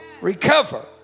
recover